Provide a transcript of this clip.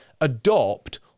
adopt